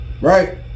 Right